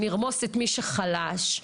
שנרמוס את מי שחלש,